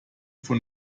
von